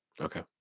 okay